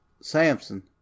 samson